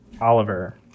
Oliver